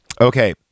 Okay